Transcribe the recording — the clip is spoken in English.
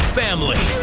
family